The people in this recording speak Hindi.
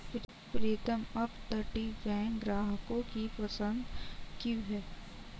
प्रीतम अपतटीय बैंक ग्राहकों की पसंद क्यों है?